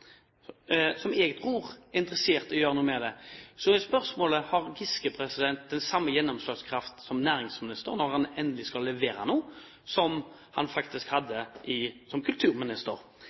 som jeg tror er interessert i å gjøre noe med det. Så er spørsmålet: Har Giske den samme gjennomslagskraft som næringsminister, når han endelig skal levere noe, som han faktisk hadde som kulturminister? Det er det mange i næringslivet som